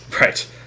Right